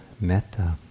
metta